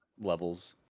levels